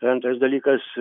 antras dalykas